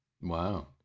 Wow